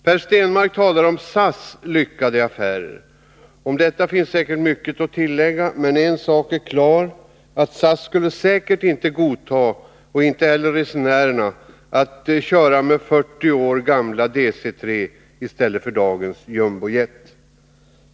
Per Stenmarck talar om SAS lyckade affärer. Om detta finns säkert mycket att tillägga, men en sak är klar: SAS skulle säkert inte — och inte heller resenärerna — godta 40 år gamla DC 3-or i stället för dagens Jumbojet.